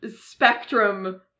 spectrum